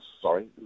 sorry